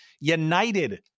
United